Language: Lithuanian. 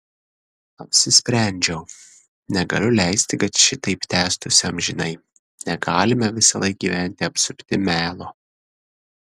apsisprendžiau negaliu leisti kad šitaip tęstųsi amžinai negalime visąlaik gyventi apsupti melo